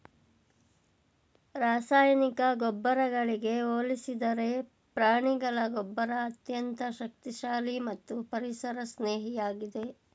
ರಾಸಾಯನಿಕ ಗೊಬ್ಬರಗಳಿಗೆ ಹೋಲಿಸಿದರೆ ಪ್ರಾಣಿಗಳ ಗೊಬ್ಬರ ಅತ್ಯಂತ ಶಕ್ತಿಶಾಲಿ ಮತ್ತು ಪರಿಸರ ಸ್ನೇಹಿಯಾಗಿದೆ